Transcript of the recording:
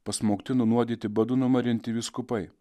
pasmaugti nunuodyti badu numarinti vyskupai